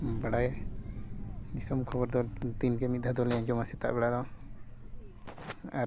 ᱵᱟᱰᱟᱭ ᱫᱤᱥᱚᱢ ᱠᱷᱚᱵᱚᱨ ᱫᱚ ᱫᱤᱱ ᱜᱮ ᱢᱤᱫ ᱫᱷᱟᱣ ᱫᱚᱞᱤᱧ ᱟᱸᱡᱚᱢᱟ ᱥᱮᱛᱟᱜ ᱵᱮᱲᱟ ᱫᱚ ᱟᱨ